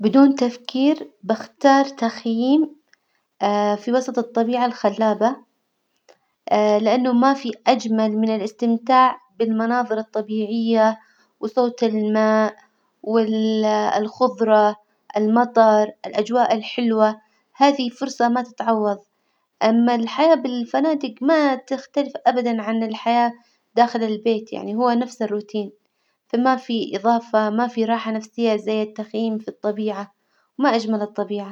بدون تفكير بختار تخييم في وسط الطبيعة الخلابة لإنه ما في أجمل من الإستمتاع بالمناظر الطبيعية وصوت الماء، وال- الخظرة، المطر، الأجواء الحلوة، هذه فرصة ما تتعوظ، أما الحياة بالفنادج ما تختلف أبدا عن الحياة داخل البيت، يعني هو نفس الروتين، فما في إضافة، ما في راحة نفسية زي التخييم في الطبيعة، وما أجمل الطبيعة!